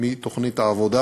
מתוכנית העבודה.